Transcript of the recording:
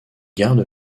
garde